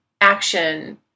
action